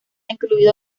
incluido